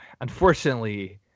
unfortunately